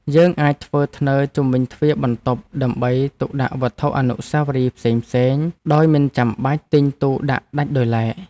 យើងអាចធ្វើធ្នើរជុំវិញទ្វារបន្ទប់ដើម្បីទុកដាក់វត្ថុអនុស្សាវរីយ៍ផ្សេងៗដោយមិនចាំបាច់ទិញទូដាក់ដាច់ដោយឡែក។